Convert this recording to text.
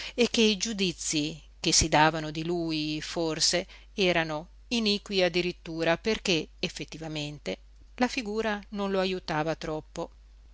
e che i giudizii che si davano di lui forse erano iniqui addirittura perché effettivamente la figura non lo ajutava troppo